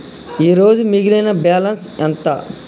ఈరోజు మిగిలిన బ్యాలెన్స్ ఎంత?